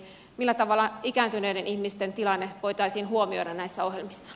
millä tavalla ikääntyneiden ihmisten tilanne voitaisiin huomioida näissä ohjelmissa